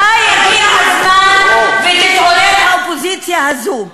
מתי יגיע הזמן שתתעורר האופוזיציה הזאת?